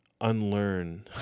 unlearn